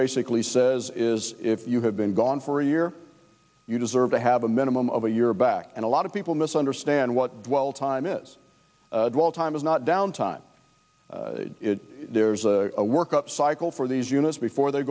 basically says is if you have been gone for a year you deserve to have a minimum of a year back and a lot of people misunderstand what well time is well time is not down time there's a work up cycle for these units before they